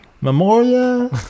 Memoria